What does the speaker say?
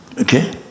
Okay